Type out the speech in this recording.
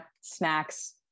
snacks